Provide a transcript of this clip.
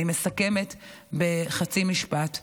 אני מסכמת בחצי משפט.